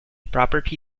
property